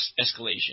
escalation